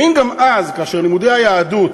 האם גם אז, כאשר לימודי היהדות